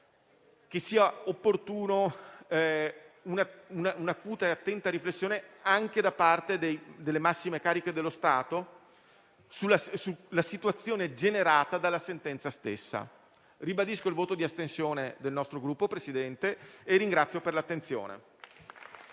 che sia opportuna una acuta e attenta riflessione, anche da parte delle massime cariche dello Stato, sulla situazione generata dalla sentenza stessa. Ribadisco il voto di astensione del nostro Gruppo, signor Presidente, e ringrazio per l'attenzione.